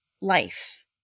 life